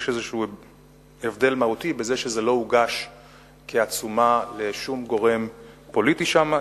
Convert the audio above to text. יש איזה הבדל מהותי בזה שזה לא הוגש כעצומה לשום גורם פוליטי שם,